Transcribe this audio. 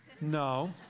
no